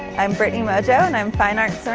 i'm brittany mojo, and i'm fine arts